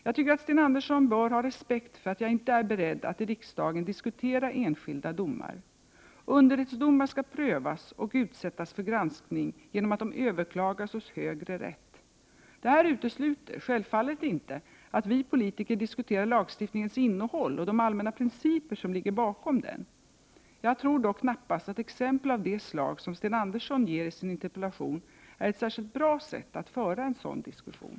Jag tycker att Sten Andersson bör ha respekt för att jag inte är beredd att i riksdagen diskutera enskilda domar. Underrättsdomar skall prövas och utsättas för granskning genom att de överklagas hos högre rätt. Detta utesluter självfallet inte att vi politiker diskuterar lagstiftningens innehåll och de allmänna principer som ligger bakom denna. Jag tror dock knappast att exempel av det slag som Sten Andersson ger i sin interpellation är ett särskilt bra sätt att föra en sådan diskussion.